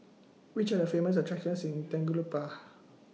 Which Are The Famous attractions in Tegucigalpa